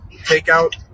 takeout